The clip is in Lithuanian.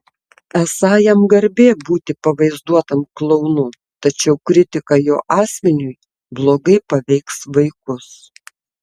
esą jam garbė būti pavaizduotam klounu tačiau kritika jo asmeniui blogai paveiks vaikus